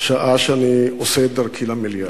שעה שאני עושה את דרכי למליאה,